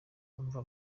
kuva